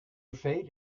fate